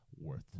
worth